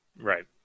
Right